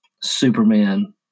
Superman